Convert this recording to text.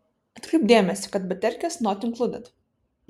atkreipk dėmesį kad baterkės not inkluded